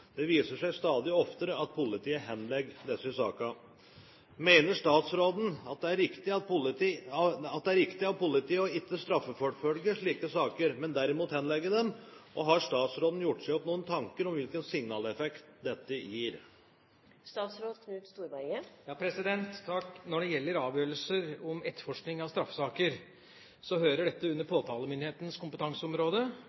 det tydelig kommer fram hvem avstikkerne er. Det viser seg stadig oftere at politiet henlegger disse sakene. Mener statsråden at det er riktig av politiet ikke å straffeforfølge slike saker, men derimot henlegge dem, og har statsråden gjort seg opp noen tanker om hvilken signaleffekt dette gir?» Når det gjelder avgjørelser om etterforsking av straffesaker, hører dette under